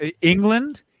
England